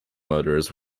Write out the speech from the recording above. motors